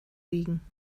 biegen